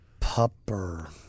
pupper